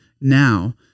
now